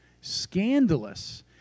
scandalous